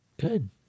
Good